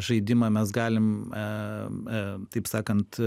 žaidimą mes galim taip sakant